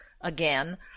again